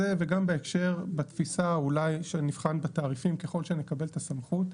וגם בתפיסה אולי שנבחן בתעריפים ככל שנקבל את הסמכות,